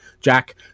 jack